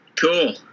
cool